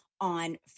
on